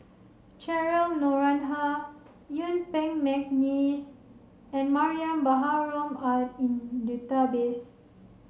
Cheryl Noronha Yuen Peng McNeice and Mariam Baharom are in database